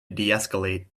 deescalate